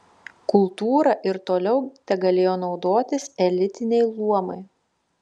kultūra ir toliau tegalėjo naudotis elitiniai luomai